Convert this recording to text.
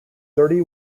thirty